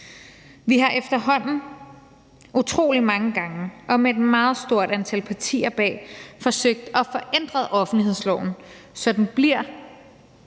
Vi har efterhånden utrolig mange gange og med et meget stort antal partier bag forsøgt at få ændret offentlighedsloven, så den bliver